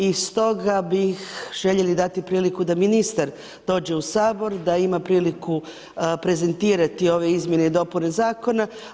I stoga bi željeli dati priliku da ministar dođe u Sabor, da ima priliku prezentirati ove izmjene i dopune zakona.